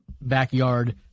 backyard